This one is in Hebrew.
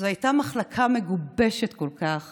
זו הייתה מחלקה מגובשת כל כך